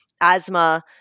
asthma